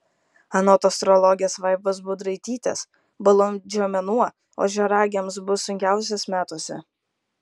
anot astrologės vaivos budraitytės balandžio mėnuo ožiaragiams bus sunkiausias metuose